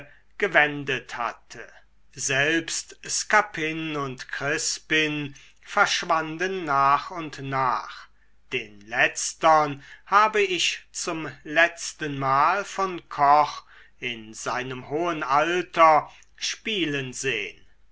gewendet hatte selbst scapin und crispin verschwanden nach und nach den letztern habe ich zum letztenmal von koch in seinem hohen alter spielen sehn